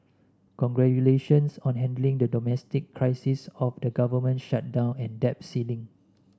congratulations on handling the domestic crisis of the government shutdown and debt ceiling